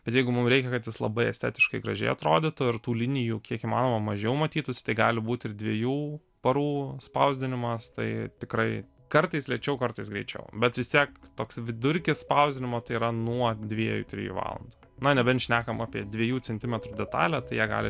bet jeigu mum reikia kad jis labai estetiškai gražiai atrodytų ir tų linijų kiek įmanoma mažiau matytųsi tai gali būt ir dviejų parų spausdinimas tai tikrai kartais lėčiau kartais greičiau bet vis tiek toks vidurkis spausdinimo tai yra nuo dviejų trijų valandų na nebent šnekam apie dviejų centimetrų detalę tai ją gali